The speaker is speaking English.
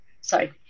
Sorry